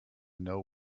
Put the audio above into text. know